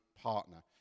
partner